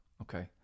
Okay